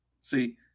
see